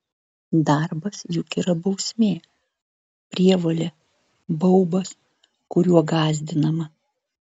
darbas juk yra bausmė prievolė baubas kuriuo gąsdinama